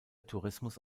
tourismus